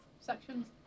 sections